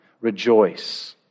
Rejoice